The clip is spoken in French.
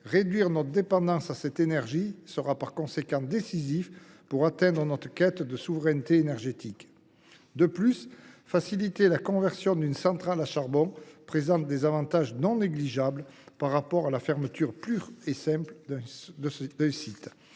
réduire notre dépendance en la matière est décisif pour atteindre notre quête de souveraineté énergétique. En outre, faciliter la conversion d’une centrale à charbon présente des avantages non négligeables par rapport à la fermeture pure et simple d’un site.